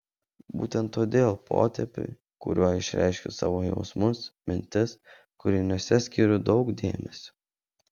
būtent todėl potėpiui kuriuo išreiškiu savo jausmus mintis kūriniuose skiriu daug dėmesio